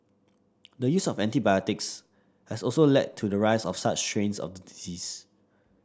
the use of antibiotics has also led to the rise of such strains of the disease